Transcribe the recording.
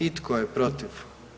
I tko je protiv?